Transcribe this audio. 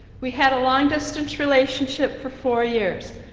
we had a long-distance relationship for four years,